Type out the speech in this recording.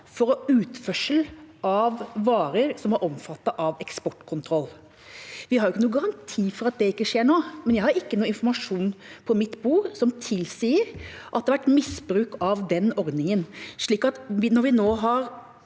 for utførsel av varer som er omfattet av eksportkontroll. Vi har ikke noen garanti for at det ikke skjer nå, men jeg har ikke noen informasjon på mitt bord som tilsier at det har vært misbruk av den ordningen. Når vi nå har